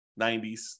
90s